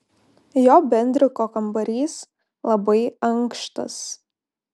jo bendriko kambarys labai ankštas